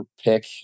pick